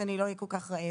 שאני לא אהיה כל כך רעב.